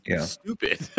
stupid